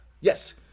Yes